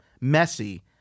messy